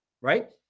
right